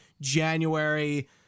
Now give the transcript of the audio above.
January